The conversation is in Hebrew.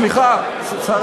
סליחה, שר